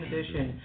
Edition